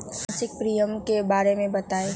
मासिक प्रीमियम के बारे मे बताई?